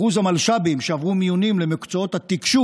אחוז המלש"בים שעברו מיונים למקצועות התקשוב